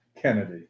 Kennedy